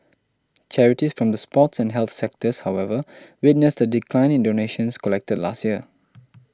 charities from the sports and health sectors however witnessed a decline in donations collected last year